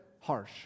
harsh